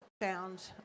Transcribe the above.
found